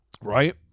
Right